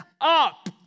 up